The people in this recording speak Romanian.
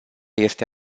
este